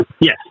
Yes